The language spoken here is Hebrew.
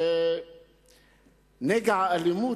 נגע האלימות,